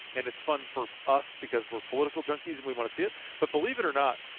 and it's fun for us because we are political junkies and we want to see it. but believe it or not,